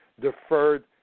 deferred